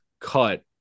cut